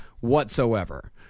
whatsoever